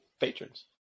patrons